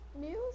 news